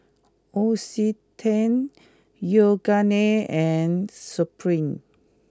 L'Occitane Yoogane and Supreme